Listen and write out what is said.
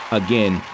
again